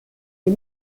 des